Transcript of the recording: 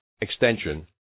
extension